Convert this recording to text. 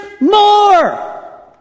more